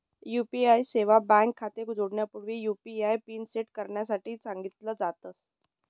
UPI सेवा bank खाते जोडण्याच्या वेळी, यु.पी.आय पिन सेट करण्यासाठी सांगितल जात